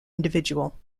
individual